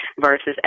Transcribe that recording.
versus